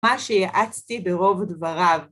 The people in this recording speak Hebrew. מה שיעצתי ברוב דבריו.